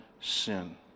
sin